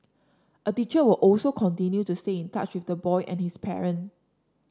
a teacher will also continue to stay in touch with the boy and his parent